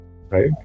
Right